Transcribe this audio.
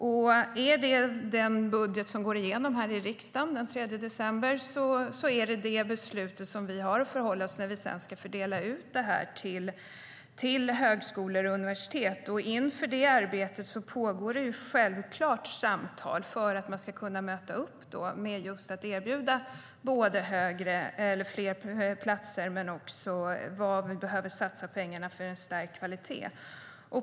Om detta är den budget som går igenom här i riksdagen den 3 december är det detta beslut vi har att förhålla oss till när vi sedan ska fördela medel till högskolor och universitet. Inför det arbetet pågår självklart samtal för att man ska kunna erbjuda fler platser och avgöra var man behöver satsa pengarna för stärkt kvalitet.